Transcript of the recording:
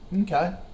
Okay